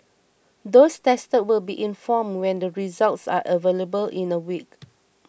those tested will be informed when the results are available in a week